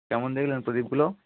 কেমন দেখলেন প্রদীপগুলো